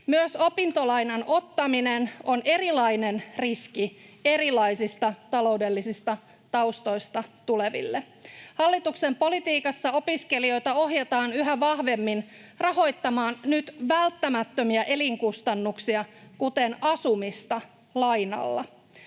Myös opintolainan ottaminen on erilainen riski erilaisista taloudellisista taustoista tuleville. Hallituksen politiikassa opiskelijoita ohjataan yhä vahvemmin rahoittamaan nyt välttämättömiä elinkustannuksia, kuten asumista, lainalla.